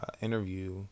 interview